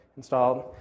Installed